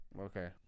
okay